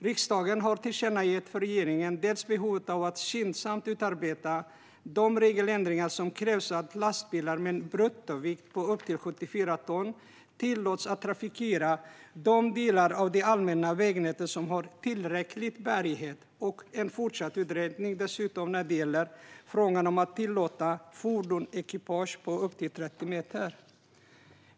Riksdagen har tillkännagett för regeringen dels behovet av att skyndsamt utarbeta de regeländringar som krävs så att lastbilar med en bruttovikt på upp till 74 ton tillåts att trafikera de delar av det allmänna vägnätet som har tillräcklig bärighet, dels behovet av en fortsatt utredning när det gäller frågan om att tillåta fordonsekipage på upp till 30 meter.